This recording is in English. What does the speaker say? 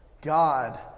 God